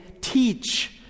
teach